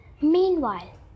Meanwhile